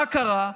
מה קרה?